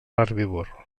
herbívor